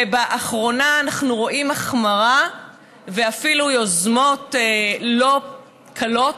באחרונה אנחנו רואים החמרה ואפילו יוזמות לא קלות,